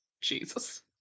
Jesus